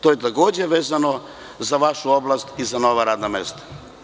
To je takođe vezano za vašu oblast i za nova radna mesta.